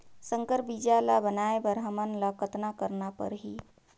संकर बीजा ल बनाय बर हमन ल कतना करना परही?